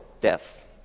death